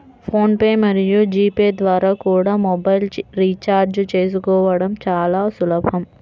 phone pay మరియు G pay ద్వారా కూడా మొబైల్ రీఛార్జి చేసుకోవడం చాలా సులభం